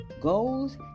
goals